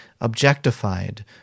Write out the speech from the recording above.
objectified